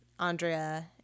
Andrea